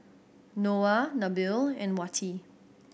Noah Nabil and Wati